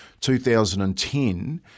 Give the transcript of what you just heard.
2010